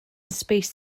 space